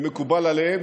זה מקובל עליהם,